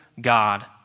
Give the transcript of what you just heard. God